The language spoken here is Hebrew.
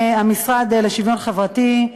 במשרד לשוויון חברתי,